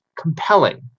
compelling